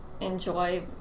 enjoy